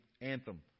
anthem